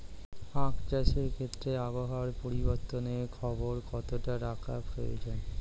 আখ চাষের ক্ষেত্রে আবহাওয়ার পরিবর্তনের খবর কতটা রাখা প্রয়োজন?